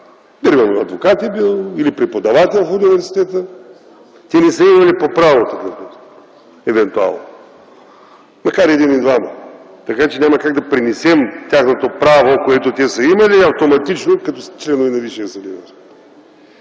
адвокат е бил или преподавател в университета. Те не са имали по право такъв достъп, евентуално, макар един или двама, така че няма как да пренесем тяхното право, което те са имали автоматично като членове на Висшия съдебен